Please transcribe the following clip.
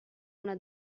una